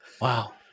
Wow